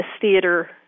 theater